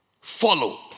follow